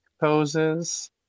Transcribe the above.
poses